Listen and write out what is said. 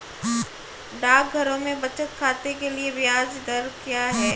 डाकघरों में बचत खाते के लिए ब्याज दर क्या है?